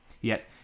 Yet